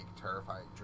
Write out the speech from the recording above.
terrifying